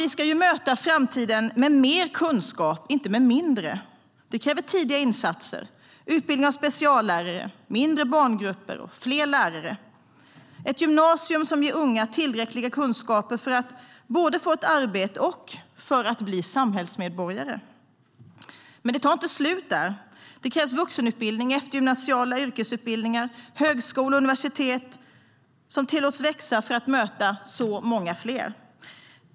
Vi ska möta framtiden med mer kunskap, inte mindre. Det kräver tidiga insatser, utbildning av speciallärare, mindre barngrupper och fler lärare. Det kräver ett gymnasium som ger unga tillräckliga kunskaper för att både få ett arbete och bli samhällsmedborgare. Men det tar inte slut där. Det krävs vuxenutbildning, eftergymnasiala yrkesutbildningar och högskola och universitet som tillåts växa för att möta allt fler.